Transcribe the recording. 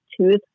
tooth